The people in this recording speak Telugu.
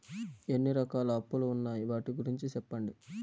ఎన్ని రకాల అప్పులు ఉన్నాయి? వాటి గురించి సెప్పండి?